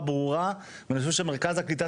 המאמנים אין להם מושג,